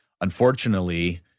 Unfortunately